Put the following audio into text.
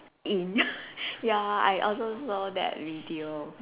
in ya I also know that video